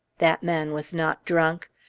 that man was not drunk!